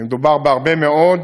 ומדובר בעצם בהרבה מאוד